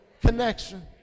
connection